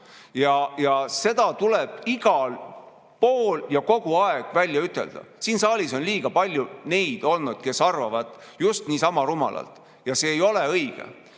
Seda tuleb igal pool ja kogu aeg välja ütelda. Siin saalis on liiga palju olnud neid, kes arvavad just niisama rumalalt. See ei ole õige.